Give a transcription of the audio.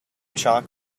chalk